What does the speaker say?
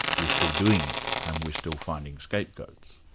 we're still doing it and we're still finding scapegoats.